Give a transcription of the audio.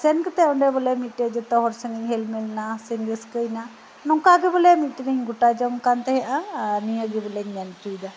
ᱥᱮᱱ ᱠᱟᱛᱮᱫ ᱚᱸᱰᱮ ᱵᱚᱞᱮ ᱢᱤᱫᱴᱮᱡ ᱡᱚᱛᱚ ᱦᱚᱲ ᱥᱟᱶ ᱤᱧ ᱦᱮᱞ ᱢᱮᱞ ᱮᱱᱟ ᱥᱮᱧ ᱨᱟᱹᱥᱠᱟᱹᱣ ᱮᱱᱟ ᱱᱚᱝᱠᱟ ᱜᱮ ᱵᱚᱞᱮ ᱢᱤᱫᱴᱮᱱ ᱤᱧ ᱜᱚᱴᱟ ᱡᱚᱝ ᱠᱟᱱ ᱛᱟᱦᱮᱸᱫᱼᱟ ᱱᱤᱭᱟᱹᱜᱮ ᱵᱚᱞᱮᱧ ᱢᱮᱱ ᱚᱪᱚᱭᱮᱫᱟ